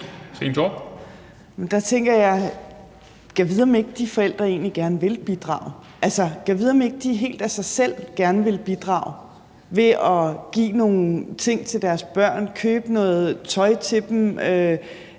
Der tænker jeg: Gad vide, om de forældre egentlig ikke gerne vil bidrage. Gad vide, om de ikke helt af sig selv gerne vil bidrage ved at give nogle ting til deres børn, købe noget tøj til dem.